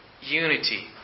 unity